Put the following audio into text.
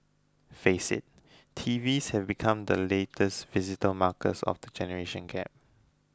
face it T Vs have become the latest visible markers of the generation gap